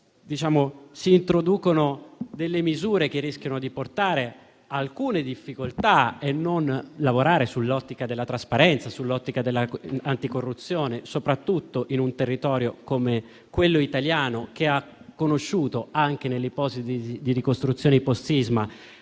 si introducono misure che rischiano di portare alcune difficoltà e non lavorare nell'ottica della trasparenza e dell'anticorruzione, soprattutto in un territorio come quello italiano, che ha conosciuto, anche nelle fasi di ricostruzione post-sisma,